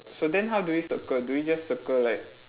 so then how do you circle do you just circle like